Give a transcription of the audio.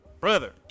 brother